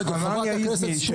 חנניה היזמי,